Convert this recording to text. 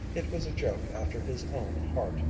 it was a joke after his own heart.